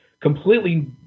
completely